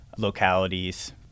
localities